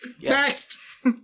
Next